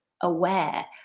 aware